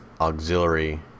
auxiliary